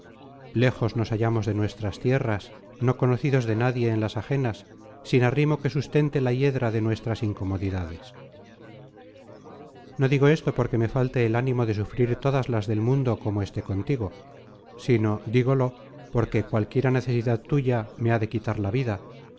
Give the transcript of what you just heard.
lejos nos hallamos de nuestras tierras no conocidos de nadie en las ajenas sin arrimo que sustente la hiedra de nuestras incomodidades no digo esto porque me falte el ánimo de sufrir todas las del mundo como esté contigo sino digolo porque cualquiera necesidad tuya me ha de quitar la vida